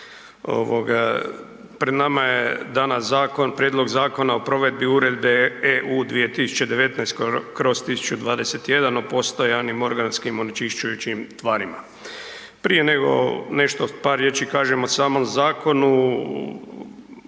pred nama je danas zakon, Prijedlog Zakona o provedbi Uredbe EU 2019/1021 o postojanim organskim onečišćujućim tvarima. Prije nego nešto par riječi kažem o samom zakonu